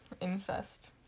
Incest